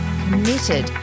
committed